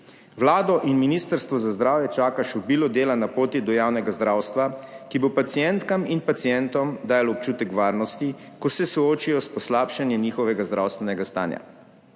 vlado in ministrstvo za zdravje čaka še obilo dela na poti do javnega zdravstva, ki bo pacientkam in pacientom dajalo občutek varnosti, ko se soočijo s poslabšanjem njihovega zdravstvenega stanja.